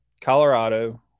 Colorado